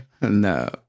No